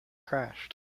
crashed